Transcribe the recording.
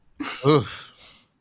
Oof